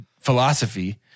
philosophy